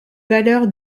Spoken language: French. valeur